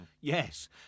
Yes